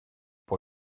pour